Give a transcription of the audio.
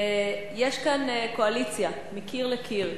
יש כאן קואליציה מקיר לקיר,